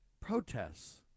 protests